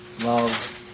love